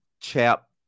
Chap